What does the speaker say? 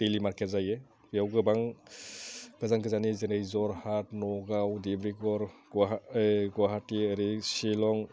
दैलि market जायो बेयाव गोबां गोजान गोजाननि जेरै जरहाट नगाव दिब्रुगर गुवाहाटि ओरै सिलं